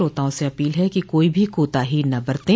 श्रोताओं से अपील है कि कोई भी कोताही न बरतें